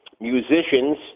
musicians